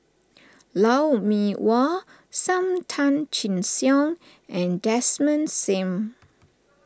Lou Mee Wah Sam Tan Chin Siong and Desmond Sim